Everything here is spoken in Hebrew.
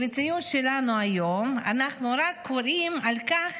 במציאות שלנו היום אנו רק קוראים על כך